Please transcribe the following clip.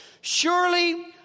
Surely